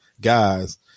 guys